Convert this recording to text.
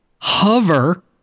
hover